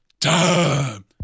time